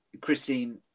christine